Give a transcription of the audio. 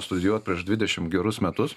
studijuot prieš dvidešimt gerus metus